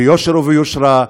ביושר וביושרה,